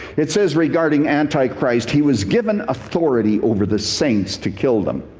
it says regarding anti-christ, he was given authority over the saints to kill them.